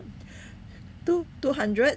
two two hundred